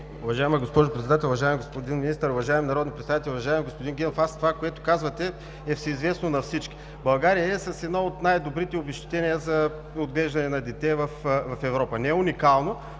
Уважаема госпожо Председател, уважаеми господин Министър, уважаеми народни представители! Уважаеми господин Генов, това което казвате, е всеизвестно на всички. България е с едно от най-добрите обезщетения за отглеждане на дете в Европа. Не е уникално,